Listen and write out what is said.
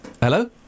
Hello